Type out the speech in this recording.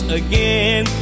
again